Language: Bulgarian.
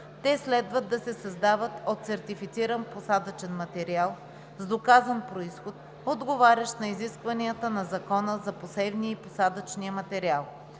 Те следва да се създават от сертифициран посадъчен материал с доказан произход, отговарящ на изискванията на Закона за посевния и посадъчния материал.